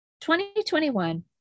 2021